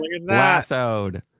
Lassoed